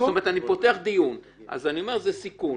זאת אומרת, אני פותח דיון ואני אומר שזה סיכון.